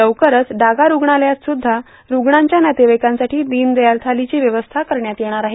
लवकरच डागा रूग्णालयात सुध्दा रूग्णांच्या नातेवाईकांसाठी दिनदयाल थालीची व्यवस्था करण्यात येणार आहे